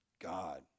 God